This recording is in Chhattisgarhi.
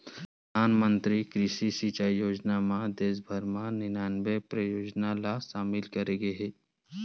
परधानमंतरी कृषि सिंचई योजना म देस भर म निनानबे परियोजना ल सामिल करे गे हे